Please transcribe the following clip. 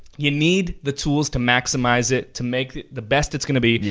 you need the tools to maximize it to make it the best it's gonna be. yeah.